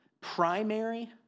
primary